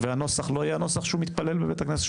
והנוסח לא יהיה הנוסח שהוא מתפלל בבית-הכנסת.